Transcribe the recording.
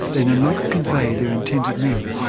they no longer convey their intended meaning.